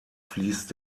fließt